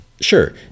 sure